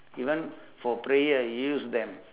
even for prayer you used them